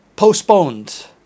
Postponed